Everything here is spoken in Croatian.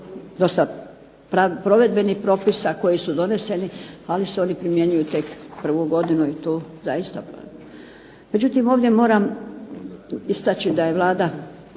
dosta provedbenih propisa koji su doneseni, ali se oni primjenjuju tek prvu godinu i tu zaista …/Govornica se ne razumije./… Međutim, ovdje moram istaći da je Vlada